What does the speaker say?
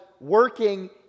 working